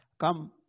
come